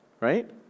Right